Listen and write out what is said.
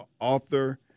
author